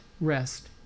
rest